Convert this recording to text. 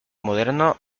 moderno